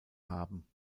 haben